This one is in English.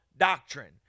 Doctrine